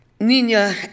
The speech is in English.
Nina